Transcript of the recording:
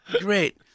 Great